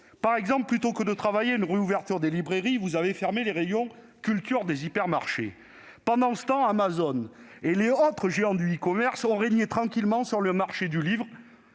Par exemple, plutôt que de travailler à une réouverture des librairies, vous avez fermé les rayons « culture » des hypermarchés. Pendant ce temps, Amazon et les autres géants du e-commerce ont tranquillement régné pendant